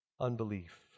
Unbelief